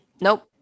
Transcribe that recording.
nope